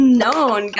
known